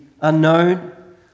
unknown